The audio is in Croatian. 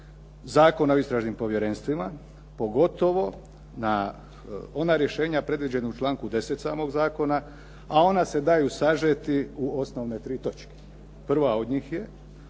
Zakona o istražnim povjerenstvima, pogotovo na ona rješenja predložena u članku 10. samog zakona, a ona se daju sažeti u osnovne tri točke. Prva od njih je